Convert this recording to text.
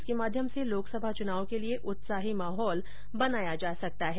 इसके माध्यम से लोकसभा चुनाव के लिए उत्साही माहौल बनाया जा सकता है